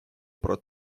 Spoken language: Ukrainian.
про